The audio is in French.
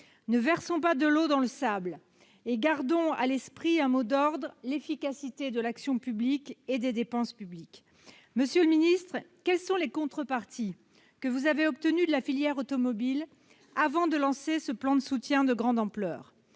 Ne versons pas de l'eau dans le sable et gardons à l'esprit un mot d'ordre : l'efficacité de l'action publique et des dépenses publiques. Monsieur le ministre, quelles contreparties avez-vous obtenues de la filière automobile avant de lancer ce plan de soutien de grande ampleur ?